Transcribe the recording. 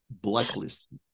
blacklist